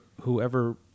whoever